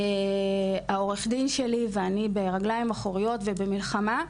עורך הדין שלי ואני ברגליים אחוריות ובמלחמה,